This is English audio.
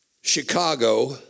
Chicago